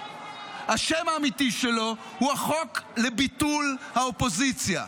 השם האמיתי שלו הוא החוק לביטול האופוזיציה.